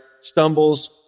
stumbles